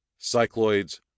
cycloids